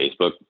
Facebook